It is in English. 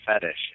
fetish